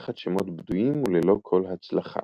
תחת שמות בדויים שונים וללא כל הצלחה.